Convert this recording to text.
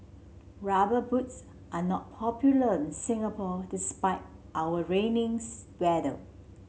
rubber boots are not popular in Singapore despite our rainy weather